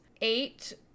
eight